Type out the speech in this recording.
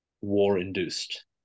war-induced